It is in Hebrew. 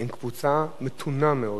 הם קבוצה מתונה מאוד,